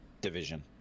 division